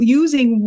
using